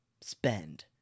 spend